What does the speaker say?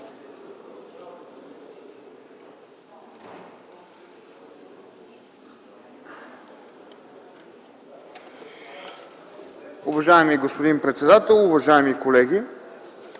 Уважаеми господин председател, уважаеми колеги!